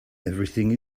everything